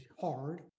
hard